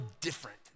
different